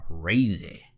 crazy